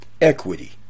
equity